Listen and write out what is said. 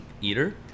Eater